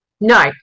No